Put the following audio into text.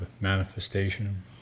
manifestation